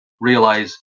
realize